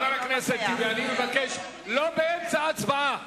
חבר הכנסת טיבי, אני מבקש, לא באמצע ההצבעה.